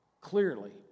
clearly